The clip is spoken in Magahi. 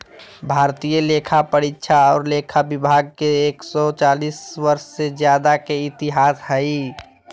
भारतीय लेखापरीक्षा और लेखा विभाग के एक सौ चालीस वर्ष से ज्यादा के इतिहास हइ